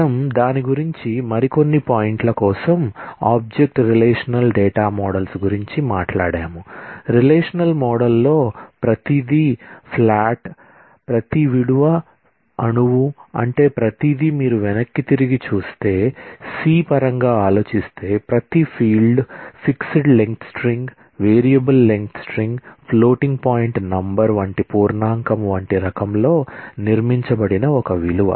మనం దాని గురించి మరికొన్ని పాయింట్ల కోసం ఆబ్జెక్ట్ రిలేషనల్ డేటా మోడల్స్ వంటి పూర్ణాంకం వంటి రకంలో నిర్మించబడిన ఒక విలువ